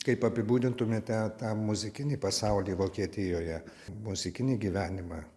kaip apibūdintumėte tą muzikinį pasaulį vokietijoje muzikinį gyvenimą